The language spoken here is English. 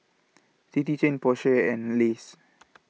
City Chain Porsche and Lays